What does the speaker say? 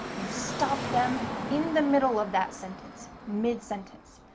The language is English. you stop them in the middle of that sentence, mid-sentence.